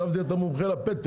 מה שאמר פה יוגב